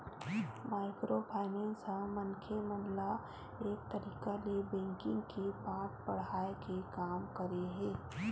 micro finance ह मनखे मन ल एक तरिका ले बेंकिग के पाठ पड़हाय के काम करे हे